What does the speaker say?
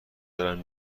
دارم